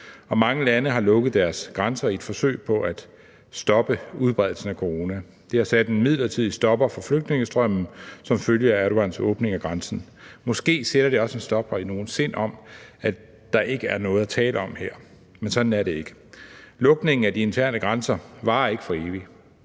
mange lande har lukket deres grænser i et forsøg på at stoppe udbredelsen af corona. Det har sat en midlertidig stopper for flygtningestrømmen som følge af Erdogans åbning af grænsen. Måske sætter det også et stop i nogles sind, altså at der ikke er noget at tale om her. Men sådan er det ikke. Lukningen af de interne grænser varer ikke for evigt,